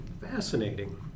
fascinating